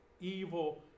evil